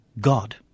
God